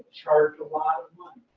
charge a lot